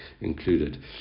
included